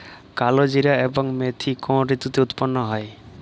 কালোজিরা এবং মেথি কোন ঋতুতে উৎপন্ন হয়?